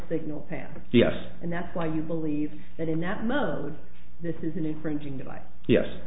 signal path yes and that's why you believe that in that mode this isn't a fringing like yes